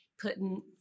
putting